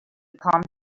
palm